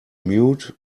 mute